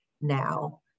now